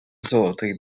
золотий